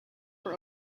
for